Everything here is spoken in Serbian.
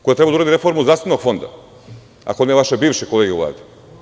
Ko je trebalo da uradi reformu zdravstvenog fonda, ako ne vaše bivše kolege u Vladi?